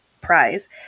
prize